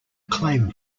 claim